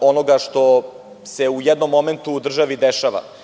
onoga što se u jednom momentu u državi dešava.